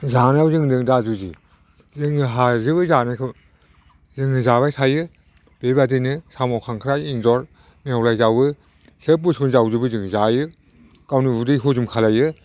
जानायाव जोंजों दा जुजि जों हाजोबो जानायखौ जोङो जाबायथायो बेबायदिनो साम' खांख्राय एनजर नेवलाय जावो सोब बुस्थुखौनो जावजोबो जों जायो गावनि उदै हजम खालामो